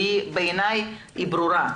ובעיני היא ברורה.